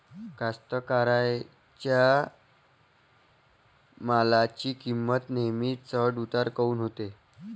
कास्तकाराइच्या मालाची किंमत नेहमी चढ उतार काऊन होते?